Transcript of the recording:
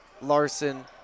Larson